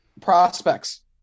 prospects